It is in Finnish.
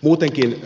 muutenkin